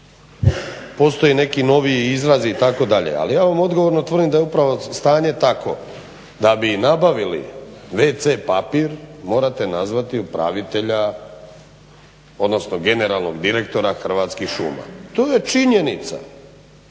postoje neki noviji izrazi itd. Ali ja vam odgovorno tvrdim da je upravo stanje takvo da bi nabavili wc papir morate nazvati upravitelja, odnosno generalnog direktora Hrvatskih šuma. To je činjenica